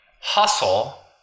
hustle